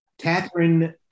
catherine